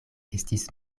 estis